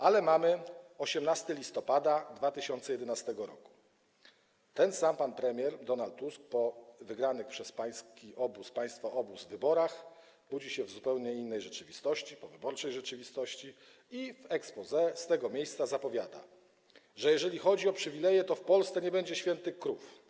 Ale mamy 18 listopada 2011 r., ten sam pan premier Donald Tusk po wygranych przez państwa obóz wyborach budzi się w zupełnie innej rzeczywistości, powyborczej rzeczywistości, i w exposé z tego miejsca zapowiada, że jeśli chodzi o przywileje, to w Polsce nie będzie świętych krów.